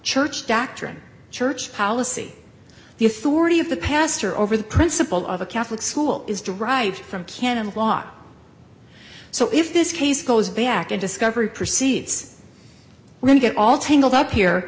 church doctrine church policy the authority of the pastor over the principle of a catholic school is derived from canon law so if this case goes back a discovery proceeds then get all tangled up here